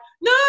no